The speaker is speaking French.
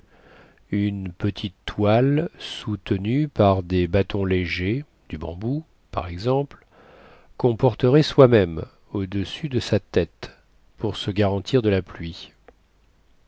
une petite toile soutenue par des bâtons légers du bambou par exemple quon porterait soi-même au-dessus de sa tête pour se garantir de la pluie